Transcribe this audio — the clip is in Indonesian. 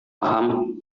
paham